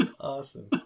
Awesome